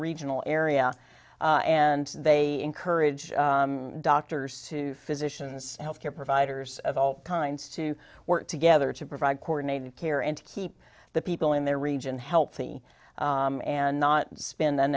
regional area and they encourage doctors to physicians health care providers of all kinds to work together to provide coordinated care and keep the people in their region healthy and not spend th